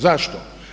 Zašto?